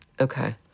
Okay